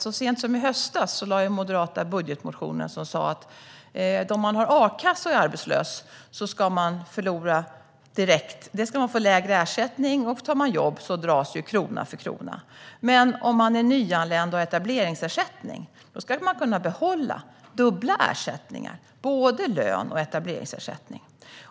Så sent som i höstas lade ju Moderaterna fram en budgetmotion där man sa att den som har a-kassa och är arbetslös ska få lägre ersättning, och får man jobb dras krona för krona. Men den som är nyanländ och har etableringsersättning ska kunna behålla dubbla ersättningar, både lön och etableringsersättning.